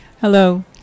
hello